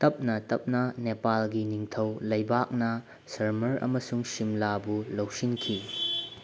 ꯇꯞꯅ ꯇꯞꯅ ꯅꯦꯄꯥꯜꯒꯤ ꯅꯤꯡꯊꯧ ꯂꯩꯕꯥꯛꯅ ꯁꯔꯃꯔ ꯑꯃꯁꯨꯡ ꯁꯤꯝꯂꯥꯕꯨ ꯂꯧꯁꯤꯟꯈꯤ